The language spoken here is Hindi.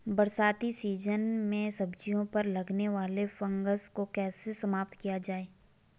बरसाती सीजन में सब्जियों पर लगने वाले फंगस को कैसे समाप्त किया जाए?